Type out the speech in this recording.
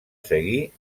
seguir